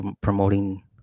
promoting